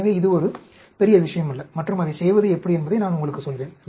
எனவே இது ஒரு பெரிய விஷயமல்ல மற்றும் அதைச் செய்வது எப்படி என்பதை நான் உங்களுக்குச் சொல்வேன்